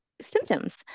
symptoms